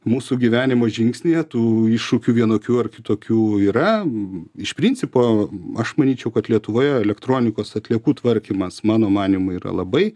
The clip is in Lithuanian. mūsų gyvenimo žingsnyje tų iššūkių vienokių ar kitokių yra iš principo aš manyčiau kad lietuvoje elektronikos atliekų tvarkymas mano manymu yra labai